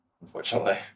unfortunately